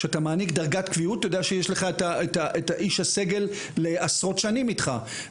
כשאתה מעניק דרגת קביעות אתה יודע שיש לך את איש הסגל לעשות שנים איתך.